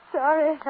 sorry